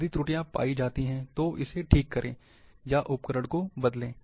यदि त्रुटियाँ पायी जाती हैं तो इसे ठीक करें या उपकरण को बदलें